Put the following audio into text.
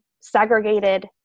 segregated